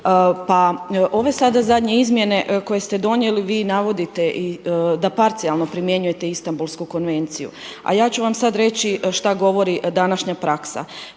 Pa ove sada zadnje izmjene koje ste donijeli vi navodite da parcijalno primjenjujete Istambulsku konvenciju a ja ću vam sad reći šta govori današnja praksa.